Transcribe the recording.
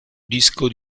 disco